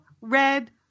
red